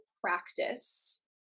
practice